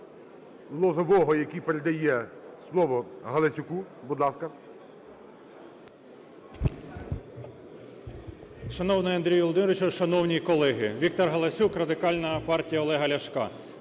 Шановний Андрію Володимировичу, шановні колеги! Віктор Галасюк, Радикальна партія Олега Ляшка.